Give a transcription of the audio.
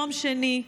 יום שני,